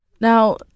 now